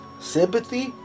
Sympathy